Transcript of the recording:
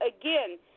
again